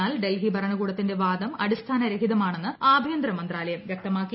എന്നാൽ ഡൽഹി ഭരണകൂടത്തിന്റെ വാദം അടിസ്ഥാനരഹിതമാണെന്ന് ആഭ്യന്തര മന്ത്രാലയം വ്യക്തമാക്കി